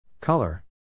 Color